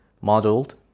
modeled